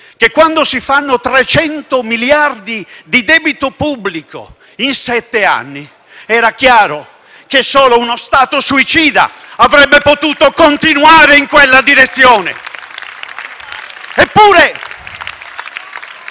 che con 300 miliardi di debito pubblico in sette anni solo uno Stato suicida avrebbe potuto continuare in quella direzione.